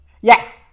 Yes